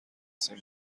سیم